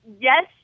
Yes